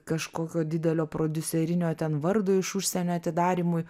kažkokio didelio prodiuserinio ten vardo iš užsienio atidarymui